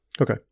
Okay